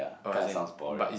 ya kind of sounds boring